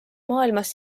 maailmas